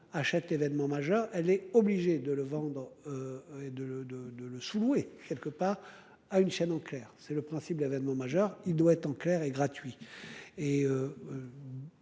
Payante à événement majeur, elle est obligée de le vendre. Et de le, de, de le sous-louer quelque part à une chaîne au Caire. C'est le principe de l'avènement majeur, il doit être en clair et gratuit.